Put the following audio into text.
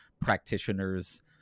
practitioners